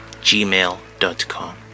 gmail.com